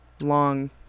long